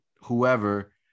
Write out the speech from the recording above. whoever